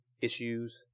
Issues